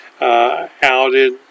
outed